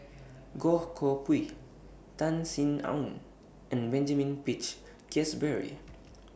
Goh Koh Pui Tan Sin Aun and Benjamin Peach Keasberry